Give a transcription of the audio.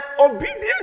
obedience